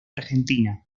argentina